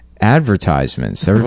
advertisements